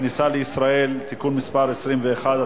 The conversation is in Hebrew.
הכניסה לישראל (תיקון מס' 21),